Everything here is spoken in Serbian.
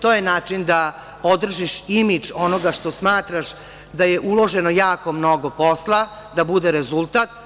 To je način da održiš imidž onoga što smatraš da je uloženo jako mnogo posla da bude rezultat.